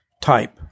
type